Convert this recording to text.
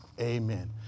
Amen